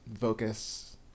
Focus